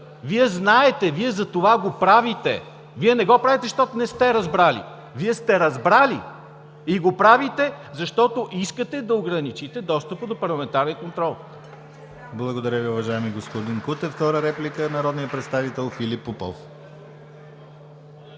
Вие знаете, Вие затова го правите! Вие не го правите защото не сте разбрали. Вие сте разбрали и го правите, защото искате да ограничите достъпа до парламентарен контрол.